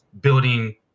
building